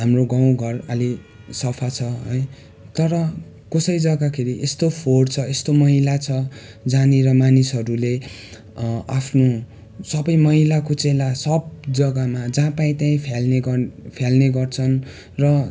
हाम्रो गाउँघर अलिक सफा छ है तर कसै जग्गाखेरि यस्तो फोहोर छ यस्तो मैला छ जहाँनिर मानिसहरूले आफ्नो सबै मैलाकुचेला सब जग्गामा जहाँ पायो त्यहीँ फाल्ने गर्न फाल्ने गर्छन् र